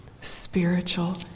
spiritual